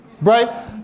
Right